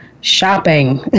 shopping